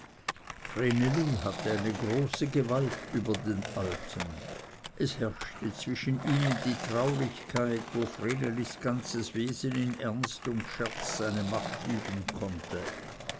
hatte eine große gewalt über den alten es herrschte zwischen ihnen die traulichkeit wo vrenelis ganzes wesen in ernst und scherz seine macht üben konnte